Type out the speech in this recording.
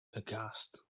aghast